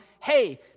hey